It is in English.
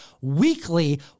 weekly